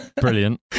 Brilliant